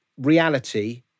reality